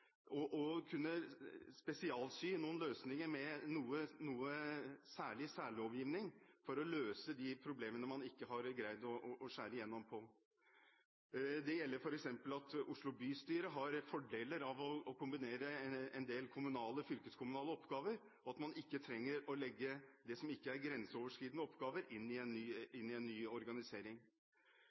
og om å kunne spesialsy noen løsninger med særlovgivning for å løse de problemene hvor man ikke har greid å skjære gjennom. Det gjelder f.eks. at Oslo bystyre har fordeler av å kombinere en del kommunale/fylkeskommunale oppgaver, og at man ikke trenger å legge det som ikke er grenseoverskridende oppgaver, inn i en ny